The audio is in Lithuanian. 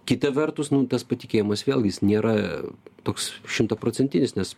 kita vertus tas patikėjimas vėlgi jis nėra toks šimtaprocentinis nes